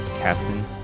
Captain